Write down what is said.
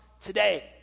today